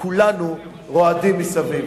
כולנו רועדים מסביב.